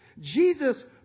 Jesus